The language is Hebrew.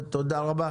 תודה רבה.